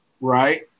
Right